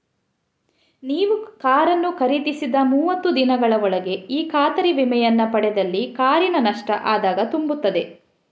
ನೀವು ಕಾರನ್ನು ಖರೀದಿಸಿದ ಮೂವತ್ತು ದಿನಗಳ ಒಳಗೆ ಈ ಖಾತರಿ ವಿಮೆಯನ್ನ ಪಡೆದಲ್ಲಿ ಕಾರಿನ ನಷ್ಟ ಆದಾಗ ತುಂಬುತ್ತದೆ